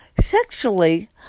sexually